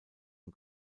und